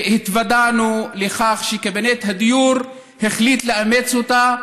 והתוודענו לכך שקבינט הדיור החליט לאמץ אותה,